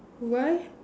why